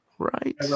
Right